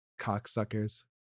cocksuckers